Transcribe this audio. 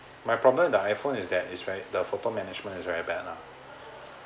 my problem the iphone is that it's very the photo management is very bad lah